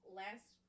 last